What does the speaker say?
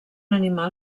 animal